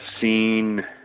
seen